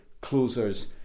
Closers